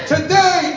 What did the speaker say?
Today